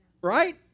right